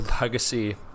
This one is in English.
legacy